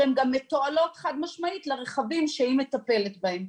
שהן גם מתועלות חד משמעית לרכבים שהיא מטפלת בהם.